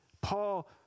Paul